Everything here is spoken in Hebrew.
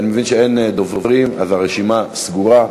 אני מבין שאין דוברים, אז הרשימה סגורה.